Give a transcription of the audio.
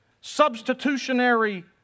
substitutionary